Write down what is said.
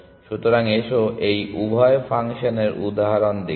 সুতরাং এসো এই উভয় ফাংশনের উদাহরণ দেখি